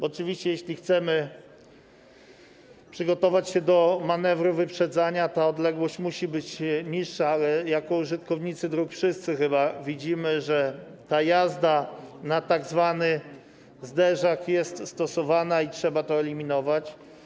Oczywiście jeśli chcemy przygotować się do manewru wyprzedzania, ta odległość musi być mniejsza, ale jako użytkownicy dróg wszyscy chyba widzimy, że jazda na tzw. zderzak jest stosowana i trzeba to eliminować.